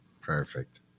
Perfect